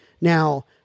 Now